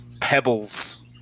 pebbles